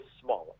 smaller